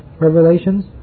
revelations